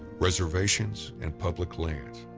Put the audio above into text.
reservations and public lands